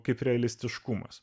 kaip realistiškumas